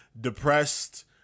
depressed